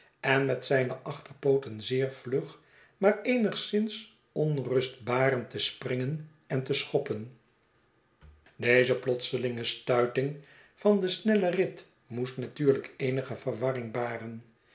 en met zijne achterpooten zeer vlug maar eenigszins onrustbarend te springen en te schoppen deze plotselinge stuiting van den snellen rit moest natuurlijk eenige verwarring baren